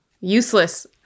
useless